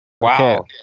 wow